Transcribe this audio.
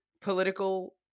political